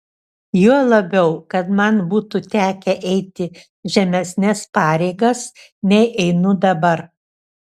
juo labiau kad man būtų tekę eiti žemesnes pareigas nei einu dabar